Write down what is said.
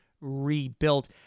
rebuilt